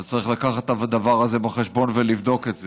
אז צריך לקחת את הדבר הזה בחשבון ולבדוק את זה,